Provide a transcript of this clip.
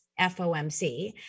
FOMC